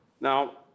Now